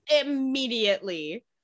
immediately